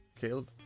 Caleb